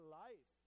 life